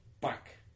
back